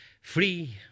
free